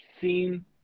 seen